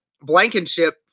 Blankenship